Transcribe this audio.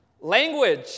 Language